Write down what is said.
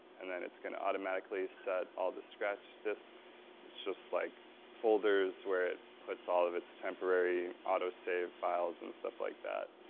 and then it's going to automatically set all of the scratch disks, which is like folders where it puts all of its temporary auto-save files and stuff like that.